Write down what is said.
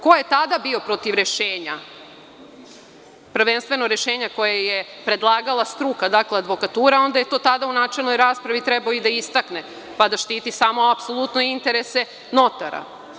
Ko je tada bio protiv rešenja, prvenstveno rešenja koje je predlagala struka, dakle advokatura, onda je to tada u načelnoj raspravi trebao i da istakne, pa da štiti samo apsolutno interese notara?